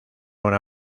una